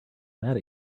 mad